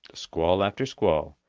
squall after squall,